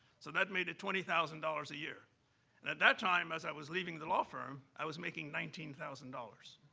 so that made it twenty thousand dollars a year. at that time, as i was leaving the law firm, i was making nineteen thousand dollars.